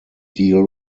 deal